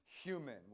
human